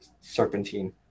Serpentine